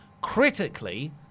Critically